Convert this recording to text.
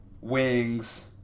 wings